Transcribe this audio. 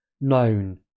known